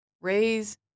Raise